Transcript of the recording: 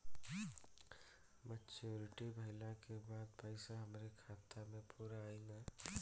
Maturity भईला के बाद पईसा हमरे खाता म पूरा आई न?